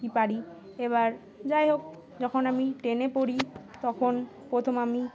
কি পারি এবার যাই হোক যখন আমি টেনে পড়ি তখন প্রথম আমি